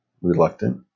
reluctant